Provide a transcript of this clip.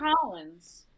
collins